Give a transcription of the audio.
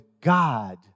God